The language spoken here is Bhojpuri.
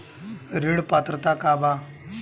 ऋण पात्रता का बा?